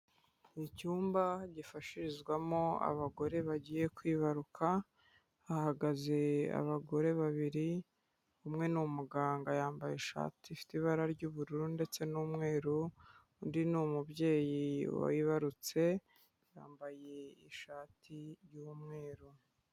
Icyumba gifashirizwamo abagore bagiye kwibaruka, hagaze abagore babiri, umwe ni umuganga yambaye ishati ifite ibara ry'ubururu ndetse n'umweru, undi ni umubyeyi wibarutse yambaye ishati y'umweru.